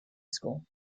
school